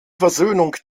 versöhnung